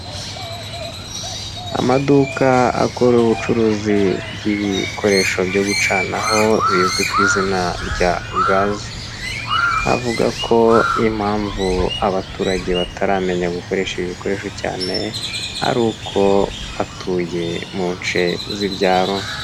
Amaduka akora ubucuruzi bw'ibikoresho byo gucanaho bizwi ku izina rya gazi, avuga ko impamvu abaturage bataramenya gukoresha ibi bikoresho cyane, ari uko batuye mu nshe z'ibyaro.